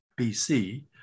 BC